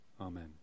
Amen